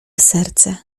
serce